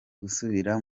gusubira